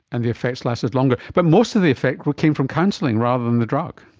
and the effects lasted longer. but most of the effects came from counselling rather than the drug.